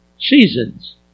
Seasons